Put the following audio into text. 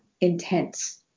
intense